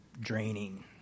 draining